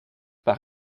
par